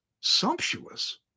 sumptuous